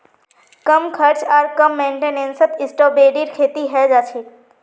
कम खर्च आर कम मेंटेनेंसत स्ट्रॉबेरीर खेती हैं जाछेक